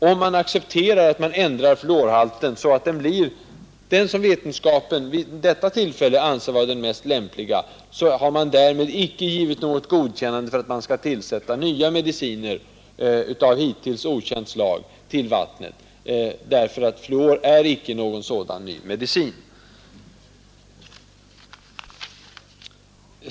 Om man accepterar att fluorhalten ändras så att den blir den som vetenskapen vid ett givet tillfälle anser vara den mest lämpliga, har man därmed icke givit något godkännande av tillsättande av nya mediciner av hittills okänt slag till vattnet, ty fluor är icke någon sådan ny medicin.